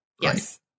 Yes